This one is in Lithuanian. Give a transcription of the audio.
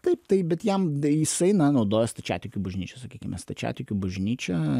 taip taip bet jam jisai na naudoja stačiatikių bažnyčios sakykime stačiatikių bažnyčią